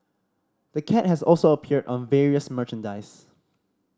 the cat has also appeared on various merchandise